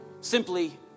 simply